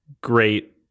great